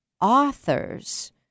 authors